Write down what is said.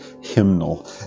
hymnal